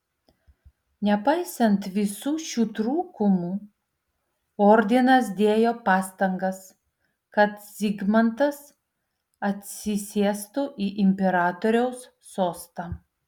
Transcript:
nepaisantį visų šių trūkumų ordinas dėjo pastangas kad zigmantas atsisėstų į imperatoriaus sostą